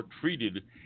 treated